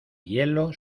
hielo